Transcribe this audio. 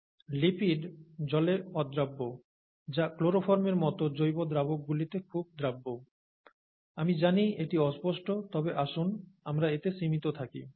'lipid' জলে অদ্রাব্য যা ক্লোরোফর্মের মতো জৈব দ্রাবকগুলিতে খুব দ্রাব্য আমি জানি এটি অস্পষ্ট তবে আসুন আমরা এতে সীমিত থাকি